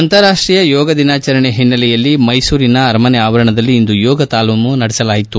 ಅಂತಾರಾಷ್ಟೀಯ ಯೋಗ ದಿನಾಚರಣೆ ಹಿನ್ನೆಲೆಯಲ್ಲಿ ಮೈಸೂರಿನ ಅರಮನೆ ಆವರಣದಲ್ಲಿ ಇಂದು ಯೋಗ ತಾಲೀಮು ನಡೆಸಲಾಯಿತು